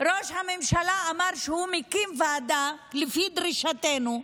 ראש הממשלה אמר שהוא מקים ועדה לפי דרישתנו,